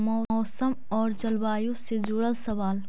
मौसम और जलवायु से जुड़ल सवाल?